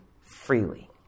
freely